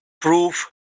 proof